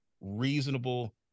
reasonable